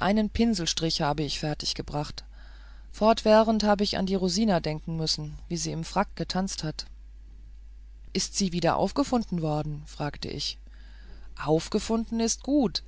einen pinselstrich hab ich fertiggebracht fortwährend hab ich an die rosina denken müssen wie sie im frack getanzt hat ist sie wieder aufgefunden worden fragte ich aufgefunden ist gut